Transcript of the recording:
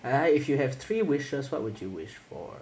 ah 来 if you have three wishes what would you wish for